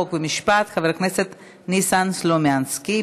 חוק ומשפט חבר הכנסת ניסן סלומינסקי.